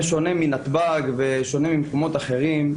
בשונה מנתב"ג ושונה ממקומות אחרים,